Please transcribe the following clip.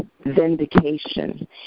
Vindication